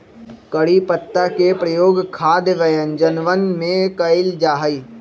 करी पत्तवा के प्रयोग खाद्य व्यंजनवन में कइल जाहई